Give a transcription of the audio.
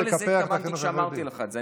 לא לזה התכוונתי כשאמרתי לך את זה,